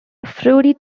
fruity